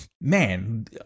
man